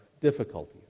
difficulty